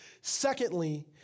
Secondly